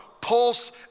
pulse